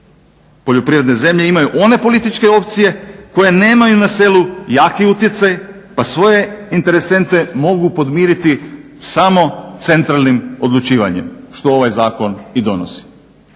poljoprivredne zemlje imaju one političke opcije koje nemaju na selu jaki utjecaj pa svoje interesente mogu podmiriti samo centralnim odlučivanjem što ovaj zakon i donosi.